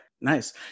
nice